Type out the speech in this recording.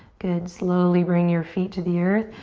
good, slowly bring your feet to the earth.